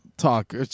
Talk